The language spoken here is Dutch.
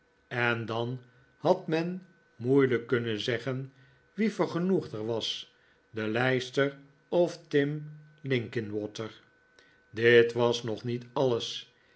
en dan had men moeilijk kunnen zeggen wie vergenoegder was de lijster of tim linkinwater dit was nog niet alles